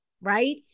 right